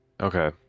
Okay